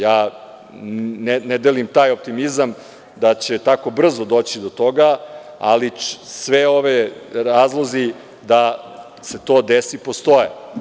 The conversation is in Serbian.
Ja ne delim taj optimizam da će tako brzo doći do toga, ali svi ovi razlozi da se to desi postoje.